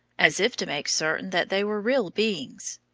as if to make certain that they were real beings.